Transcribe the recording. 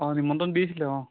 অঁ নিমন্ত্ৰণ দিছিলে অঁ